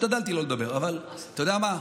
השתדלתי לא לדבר, אבל אתה יודע מה?